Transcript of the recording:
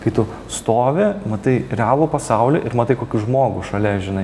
kai tu stovi matai realų pasaulį ir matai kokį žmogų šalia žinai